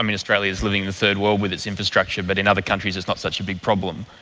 um australia is living in the third world with its infrastructure but in other countries it's not such a big problem,